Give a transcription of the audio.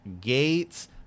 Gates